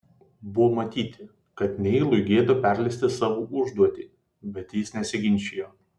buvo matyti kad neilui gėda perleisti savo užduotį bet jis nesiginčijo